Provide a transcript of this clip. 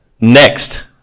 Next